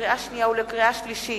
לקריאה שנייה ולקריאה שלישית,